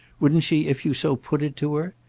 wouldn't she if you so put it to her?